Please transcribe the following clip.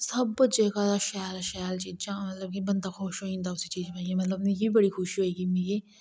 सब जगह दा शैल शैल चीजा मतलब कि बंदा खुश होई जंदा उस चीज दा मतलब मिगी बी बड़ी खुशी होई ही